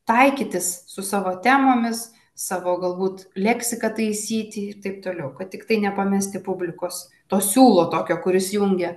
taikytis su savo temomis savo galbūt leksiką taisyti ir taip toliau kad tiktai nepamesti publikos to siūlo tokio kuris jungia